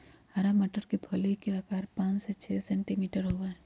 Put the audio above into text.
हरा मटर के फली के आकार पाँच से छे सेंटीमीटर होबा हई